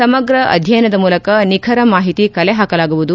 ಸಮಗ್ರ ಅಧ್ಯಯನದ ಮೂಲಕ ನಿಖರ ಮಾಹಿತಿ ಕಲೆ ಹಾಕಲಾಗುವುದು